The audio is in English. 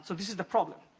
so this is the problem.